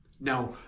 Now